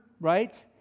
right